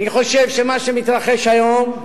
אני חושב שמה שמתרחש היום,